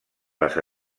les